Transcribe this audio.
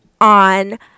on